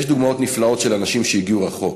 יש דוגמאות נפלאות של אנשים שהגיעו רחוק,